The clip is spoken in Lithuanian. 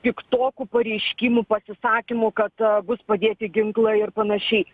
piktokų pareiškimų pasisakymų kad bus padėti ginklai ir panašiai